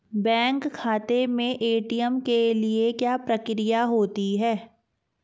Bank खाते में ATM के लिए क्या प्रक्रिया होती है?